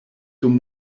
dum